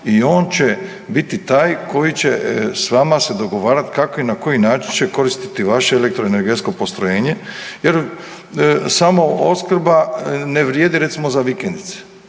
i on će biti taj koji će s vama se dogovarati kako i na koji način će koristiti vaše elektroenergetsko postrojenje, jer sama opskrba ne vrijedi recimo za vikendice.